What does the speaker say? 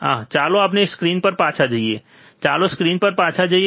આહ ચાલો આપણે સ્ક્રીન પર પાછા જઈએ ચાલો સ્ક્રીન પર પાછા જઈએ